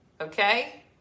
Okay